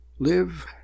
Live